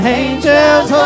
angels